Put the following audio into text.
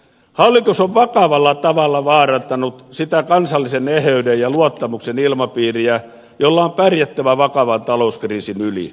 hallitus on vakavalla tavalla vaarantanut sitä kansallisen eheyden ja luottamuksen ilmapiiriä jolla on pärjättävä vakavan talouskriisin yli